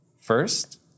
first